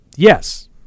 Yes